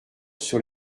sur